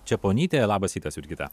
čeponytė labas rytas jurgita